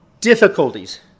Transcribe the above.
difficulties